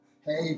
Hey